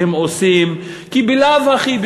כי בלאו הכי,